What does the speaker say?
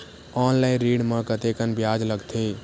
Online ऋण म कतेकन ब्याज लगथे?